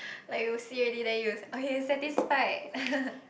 like you see already then you okay satisfied